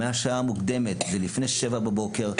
משעה מוקדמת לפני שבע בבוקר,